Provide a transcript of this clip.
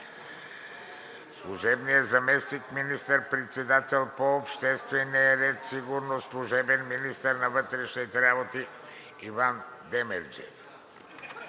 служебният заместник министър-председател по обществения ред и сигурност и служебен министър на вътрешните работи Иван Демерджиев.